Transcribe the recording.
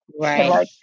Right